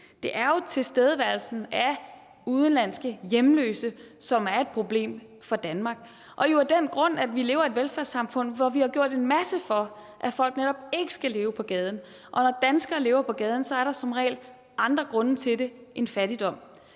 Det er jo tilstedeværelsen af udenlandske hjemløse, som er et problem for Danmark, og det er det af den grund, at vi lever i et velfærdssamfund, hvor vi har gjort en masse for, at folk netop ikke skal leve på gaden, og når danskere lever på gaden, er der som regel andre grunde til det end fattigdom.